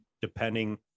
depending